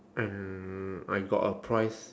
and I got a prize